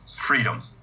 freedom